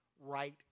right